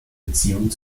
beziehung